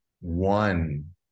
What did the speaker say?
one